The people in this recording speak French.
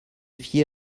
fier